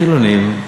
חילונים,